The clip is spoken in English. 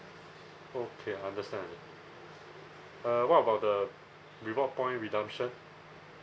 okay I understand on it uh what about the reward point redemption